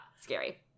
scary